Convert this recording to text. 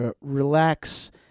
relax